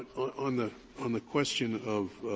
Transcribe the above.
on the on the question of